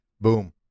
boom